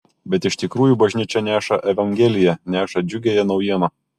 bet iš tikrųjų bažnyčia neša evangeliją neša džiugiąją naujieną